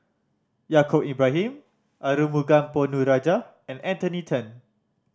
Yaacob Ibrahim Arumugam Ponnu Rajah and Anthony Then